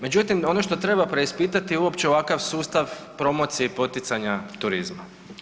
Međutim, ono što treba preispitati je uopće ovakav sustav promocije i poticanja turizma.